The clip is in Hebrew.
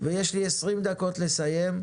ויש לי 20 דקות לסיים,